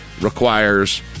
requires